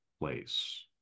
place